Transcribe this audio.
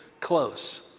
close